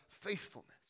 faithfulness